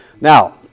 Now